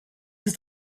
ist